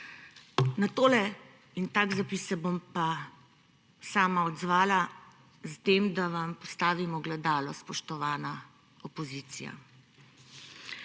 na tole, tak zapis se bom pa sama odzvala s tem, da vam postavim ogledalo, spoštovana opozicija.